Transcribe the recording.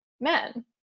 men